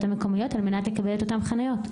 המקומיות על מנת לקבל את אותן חניות.